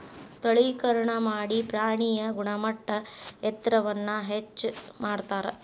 ತಳೇಕರಣಾ ಮಾಡಿ ಪ್ರಾಣಿಯ ಗುಣಮಟ್ಟ ಎತ್ತರವನ್ನ ಹೆಚ್ಚ ಮಾಡತಾರ